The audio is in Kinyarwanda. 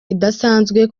idasanzwe